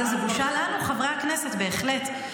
זאת בושה לנו, חברי הכנסת, בהחלט.